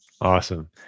Awesome